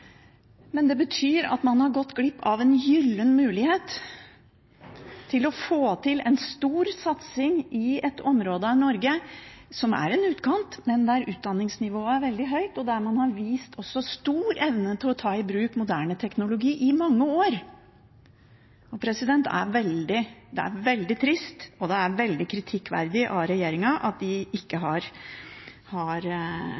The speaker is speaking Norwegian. Det betyr at man har gått glipp av en gyllen mulighet til å få til en stor satsing i et område av Norge som er en utkant, men der utdanningsnivået er veldig høyt, og der man i mange år også har vist stor evne til å ta i bruk moderne teknologi. Det er veldig trist, og det er veldig kritikkverdig av regjeringen at de ikke